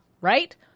Right